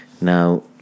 Now